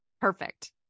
Perfect